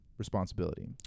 responsibility